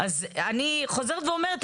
אז אני חוזרת ואומרת,